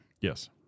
Yes